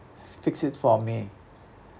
fixed it for me